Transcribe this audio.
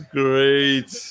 great